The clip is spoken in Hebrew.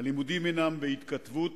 הלימודים הם בהתכתבות,